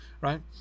Right